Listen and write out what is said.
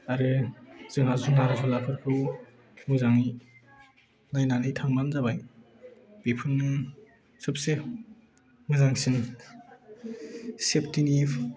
आरो जोंहा जिब जुनारफोरखौ मोजाङै नायनानै थांबानो जाबाय बेफोरनो सोबसे मोजांसिन सेफटिनि